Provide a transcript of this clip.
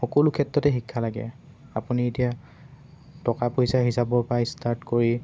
সকলো ক্ষেত্ৰতে শিক্ষা লাগে আপুনি এতিয়া টকা পইচা হিচাবৰপৰা ষ্টাৰ্ট কৰি